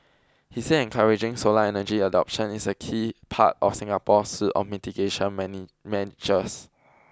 he said encouraging solar energy adoption is a key part of Singapore's suite of mitigation measures